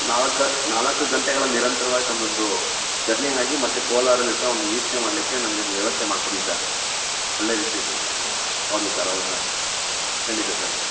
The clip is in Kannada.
ನಾಲ್ಕು ನಾಲ್ಕು ಗಂಟೆಗಳ ನಿರಂತರವಾಗಿ ನಮ್ಮದೊಂದು ಜರ್ನಿ ಆಗಿ ಮತ್ತೆ ಕೋಲಾರಲ್ಲಿ ಸಹ ಒಂದು ವೀಕ್ಷಣೆ ಮಾಡಲಿಕ್ಕೆ ನಮಗೊಂದು ವ್ಯವಸ್ಥೆ ಮಾಡಿಕೊಡಿ ಸರ್ ಒಳ್ಳೆ ರೀತಿ ಹೌದು ಸರ್ ಹೌದು ಸರ್ ಖಂಡಿತ ಸರ್